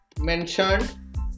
mentioned